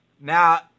Now